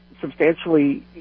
substantially